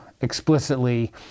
explicitly